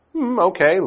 Okay